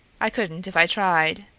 i couldn't if i tried.